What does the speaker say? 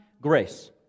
Grace